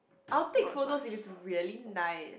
I will take photos if it's really nice